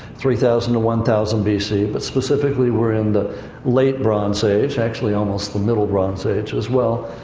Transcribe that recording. three thousand to one thousand b c, but specifically we're in the late bronze age, actually almost the middle bronze age, as well.